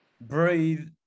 breathe